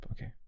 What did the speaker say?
Okay